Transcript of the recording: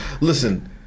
Listen